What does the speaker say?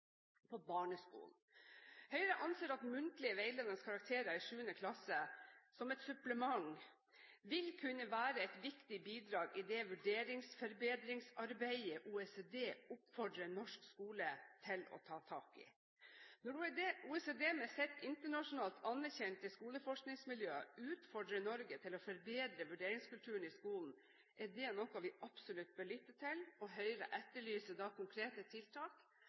Høyre anser at muntlige, veiledende karakterer i 7. klasse som et supplement vil kunne være et viktig bidrag i det vurderingsforbedringsarbeidet OECD oppfordrer norsk skole til å ta tak i. Når OECD, med sitt internasjonalt anerkjente skoleforskningsmiljø, utfordrer Norge til å forbedre vurderingskulturen i skolen, er det noe vi absolutt bør lytte til, og Høyre etterlyser konkrete tiltak.